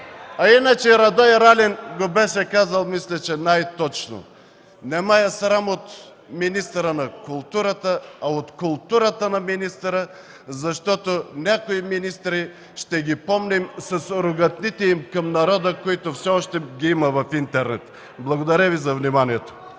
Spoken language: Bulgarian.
че Радой Ралин го беше казал най-точно: „Не ме е срам от министъра на културата, а от културата на министъра!”, защото някои министри ще ги помним с ругатните им към народа, които все още ги има в интернет. Благодаря Ви за вниманието.